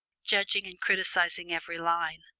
judging and criticising every line.